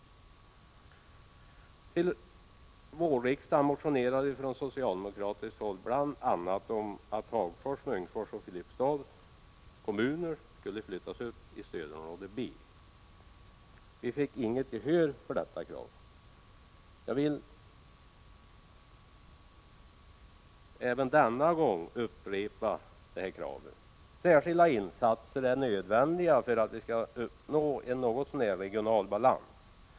Vid vårriksdagen motionerade vi från socialdemokratiskt håll bl.a. om att Hagfors, Munkfors och Filipstads kommuner skulle flyttas upp till stödområde B. Vi fick inget gehör för detta krav. Jag vill även denna gång upprepa det kravet. Särskilda insatser är nödvändiga för att vi något så när skall uppnå regional balans.